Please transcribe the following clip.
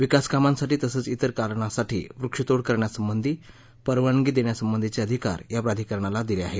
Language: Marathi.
विकास कामांसाठी तसंच इतर कारणासाठी वृक्ष तोड करण्यासाठी परवानगी देण्यासंबंधीचे अधिकार या प्राधिकरणाला दिले आहेत